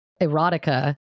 erotica